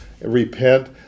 repent